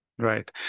Right